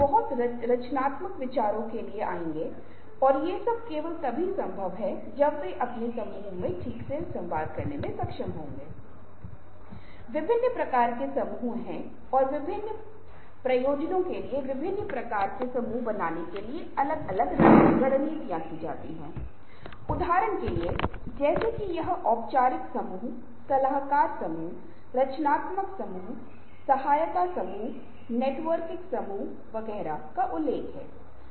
इसी तरह एक और कई विशेषताएं हैं जो इसके साथ जुड़ी हुई हैं लेकिन हम में से अधिकांश सुबह के प्रकार के लोग हैं और कम शाम के प्रकार के लोग हैं और कुछ लोग ऐसे हैं जो समान रूप से सुबह और शाम के प्रकार हैं वे इस वर्गीकरण में नही आते है